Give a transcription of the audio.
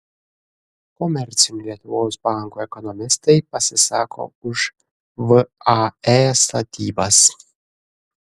komercinių lietuvos bankų ekonomistai pasisako už vae statybas